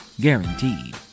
Guaranteed